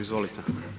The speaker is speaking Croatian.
Izvolite.